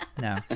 No